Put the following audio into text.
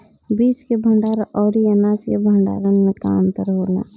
बीज के भंडार औरी अनाज के भंडारन में का अंतर होला?